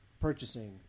purchasing